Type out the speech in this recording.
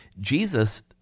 Jesus